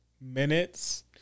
minutes